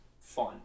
fun